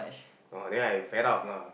oh then I wake up lah